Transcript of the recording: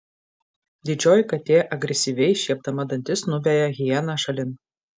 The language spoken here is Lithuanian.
didžioji katė agresyviai šiepdama dantis nuveja hieną šalin